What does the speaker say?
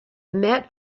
met